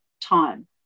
time